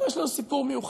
לא, יש לנו סיפור מיוחד.